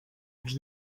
els